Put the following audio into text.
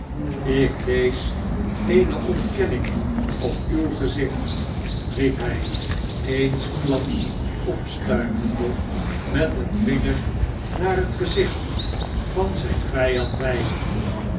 ik lees eene ontkenning op uw gezicht riep hij eensklaps opstuivende en met den yinger naar het gezicht van zijn vijand wijzende